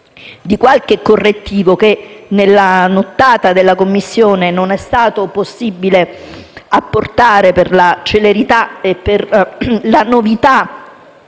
un qualche correttivo che, nella nottata dei lavori in Commissione, non è stato possibile apportare per la celerità e per la novità